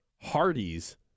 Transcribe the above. hardy's